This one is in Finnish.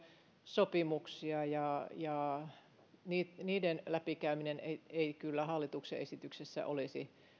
sopimuksia ja ja niiden läpikäyminen ei ei kyllä hallituksen esityksessä olisi